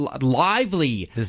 lively